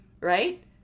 right